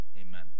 Amen